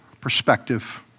perspective